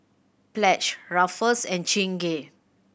Pledge Ruffles and Chingay